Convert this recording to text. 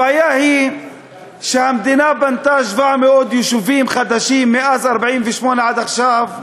הבעיה היא שהמדינה בנתה 700 יישובים חדשים משנת 1948 עד עכשיו,